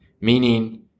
Meaning